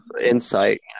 insight